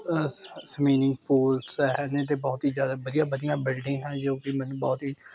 swimming pool ਹੈ ਨੇ ਅਤੇ ਬਹੁਤ ਹੀ ਜ਼ਿਆਦਾ ਵਧੀਆ ਵਧੀਆ ਬਿਲਡਿੰਗਾਂ ਹੈ ਜੋ ਕਿ ਮੈਨੂੰ ਬਹੁਤ ਹੀ